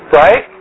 right